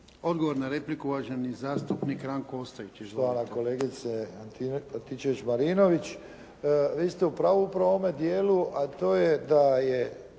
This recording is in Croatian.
Odgovor na repliku. Uvaženi zastupnik Ranko Ostojić.